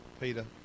Peter